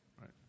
right